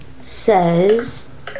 says